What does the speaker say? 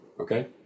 okay